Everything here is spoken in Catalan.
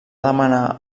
demanar